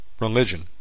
religion